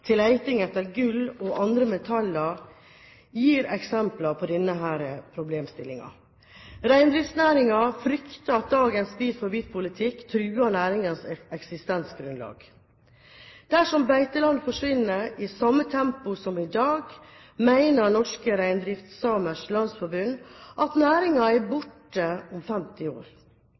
etter gull og andre metaller gir eksempler på denne problemstillingen. Reindriftsnæringen frykter at dagens bit-for-bit-politikk truer næringens eksistensgrunnlag. Dersom beiteland forsvinner i samme tempo som i dag, mener Norske Reindriftssamers Landsforbund at næringen er borte om 50 år.